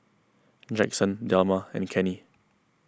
Jackson Delma and Kenney